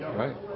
right